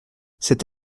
cette